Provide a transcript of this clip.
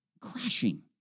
crashing